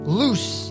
loose